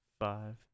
five